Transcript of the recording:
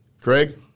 Craig